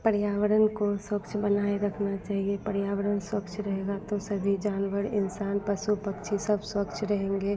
पर्यावरण को स्वच्छ बनाए रखना चाहिए पर्यावरण स्वच्छ रहेगा तो सभी जानवर इंसान पशु पक्षी सब स्वच्छ रहेंगे